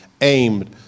aimed